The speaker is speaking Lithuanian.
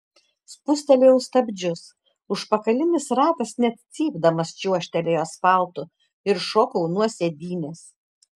spustelėjau stabdžius užpakalinis ratas net cypdamas čiuožtelėjo asfaltu ir šokau nuo sėdynės